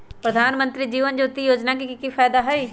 प्रधानमंत्री जीवन ज्योति योजना के की फायदा हई?